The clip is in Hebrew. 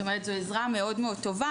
זאת אומרת זו עזרה מאוד מאוד טובה,